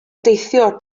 deithio